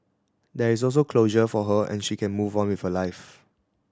there is also closure for her and she can move on with her life